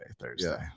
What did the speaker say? thursday